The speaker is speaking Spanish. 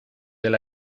del